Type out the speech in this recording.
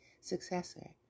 successor